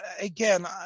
again